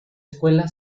escuela